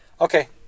Okay